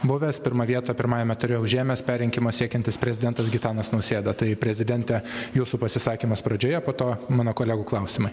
buvęs pirmą vietą pirmajame ture užėmęs perrinkimo siekiantis prezidentas gitanas nausėda tai prezidente jūsų pasisakymas pradžioje po to mano kolegų klausimai